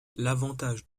l’avantage